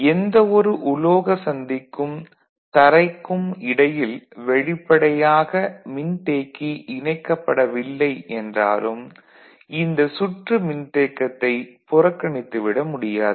எந்தவொரு உலோக சந்திக்கும் தரைக்கும் இடையில் வெளிப்படையாக மின்தேக்கி இணைக்கப்படவில்லை என்றாலும் இந்த சுற்று மின்தேக்கத்தை புறக்கனித்து விட முடியாது